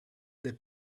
their